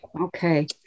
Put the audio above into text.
Okay